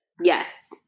Yes